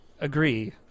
agree